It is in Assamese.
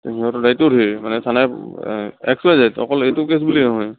সিহঁতৰ দায়িত্ব ধেৰ মানে থানাই এক্স ৱাই জেড অকল এইটো কেছ বুলিয়ে নহয়